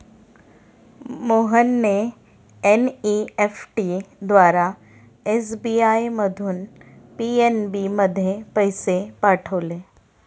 मोहनने एन.ई.एफ.टी द्वारा एस.बी.आय मधून पी.एन.बी मध्ये पैसे पाठवले